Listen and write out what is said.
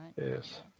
Yes